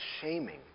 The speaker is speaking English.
shaming